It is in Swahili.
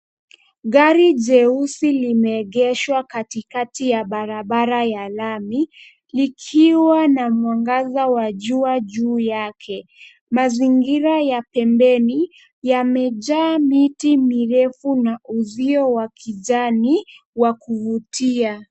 Gari jeusi limeegeshwa katikati ya barabara ya lami ikiwa na mwangaza wa jua juu yake. Mazingira ya pembeni yamejaa miti mirefu na uzio wa kijani wa kuvutia.